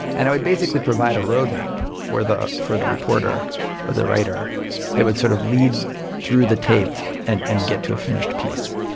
and i would basically provide a roadmap for the for the reporter or the writer that would sort of lead through the tape and and get to a finished piece.